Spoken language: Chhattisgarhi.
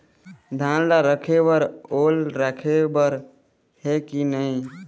धान ला रखे बर ओल राखे बर हे कि नई?